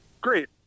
great